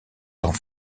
sans